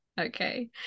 Okay